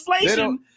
inflation